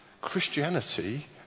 Christianity